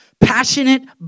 passionate